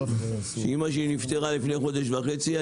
אמא שלי נפטרה לפני חודש וחצי,